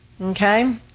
okay